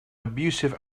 abusive